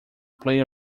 play